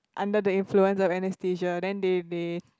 under the influence of anaesthesia then they they